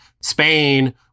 Spain